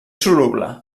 soluble